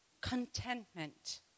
contentment